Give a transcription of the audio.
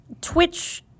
Twitch –